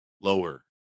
lower